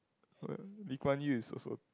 uh Lee-Kuan-Yew is also